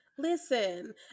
Listen